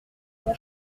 mon